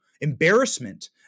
embarrassment